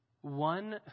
One